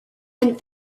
and